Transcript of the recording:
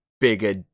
bigger